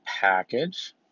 package